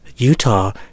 Utah